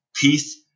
peace